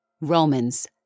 Romans